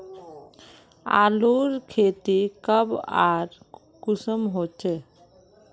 आलूर खेती कब आर कुंसम होचे?